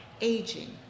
aging